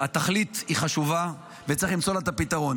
התכלית חשובה, וצריך למצוא לה פתרון.